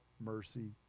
mercy